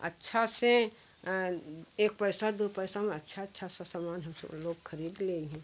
अच्छा से एक पैसा दो पैसा में अच्छा अच्छा सा समान हम सब लोग खरीद ले अइहें